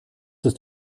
ist